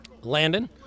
Landon